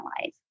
life